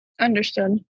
Understood